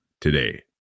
today